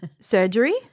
Surgery